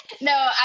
No